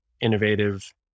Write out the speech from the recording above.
innovative